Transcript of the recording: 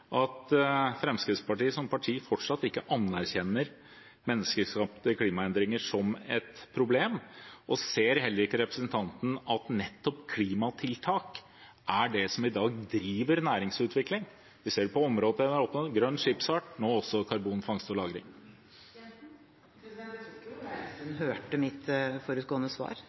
at Fremskrittspartiet som parti ikke anerkjenner menneskeskapte klimaendringer som et problem, og ser heller ikke representanten at nettopp klimatiltak er det som i dag driver næringsutvikling? Vi ser det på område etter område: grønn skipsfart og nå også karbonfangst og -lagring. Jeg tror ikke Ola Elvestuen hørte mitt forutgående svar